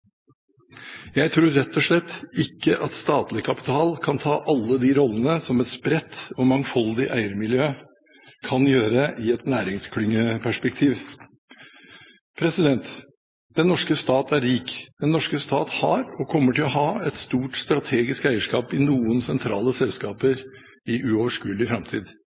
Jeg tror rett og slett ikke at statlig kapital kan ta alle de rollene som et spredt og mangfoldig eiermiljø kan gjøre i et næringsklyngeperspektiv. Den norske stat er rik. Den norske stat har og kommer til å ha et stort, strategisk eierskap i noen sentrale selskaper i uoverskuelig framtid.